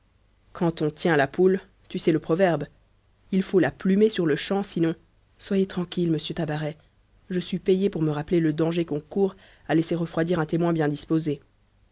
quand on tient la poule tu sais le proverbe il faut la plumer sur-le-champ sinon soyez tranquille monsieur tabaret je suis payé pour me rappeler le danger qu'on court à laisser refroidir un témoin bien disposé